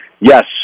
yes